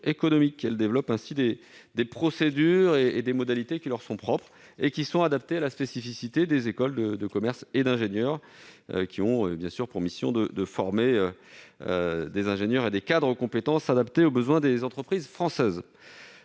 elles développent ainsi des procédures et des modalités qui leur sont propres. Ces dispositions sont adaptées à la spécificité des écoles de commerce et d'ingénieurs, lesquelles ont bien sûr pour mission de former des ingénieurs et des cadres aux compétences adaptées aux besoins des entreprises françaises.